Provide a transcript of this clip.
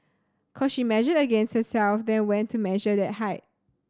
cos she measured against herself then went to measure that height